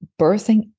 Birthing